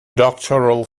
doctoral